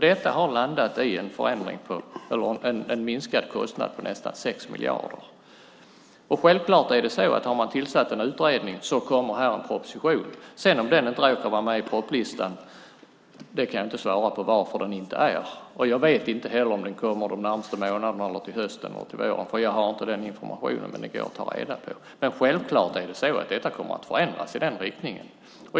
Detta har landat i en förändring som innebär en minskad kostnad på nästan 6 miljarder. Självklart är det så att har man tillsatt en utredning kommer en proposition. Jag kan inte svara på varför den inte råkar vara med på propositionslistan. Jag vet inte heller om den kommer de närmaste månaderna, till hösten eller till våren. Jag har inte den informationen, men det går att ta reda på. Självklart kommer detta att förändras i den riktningen.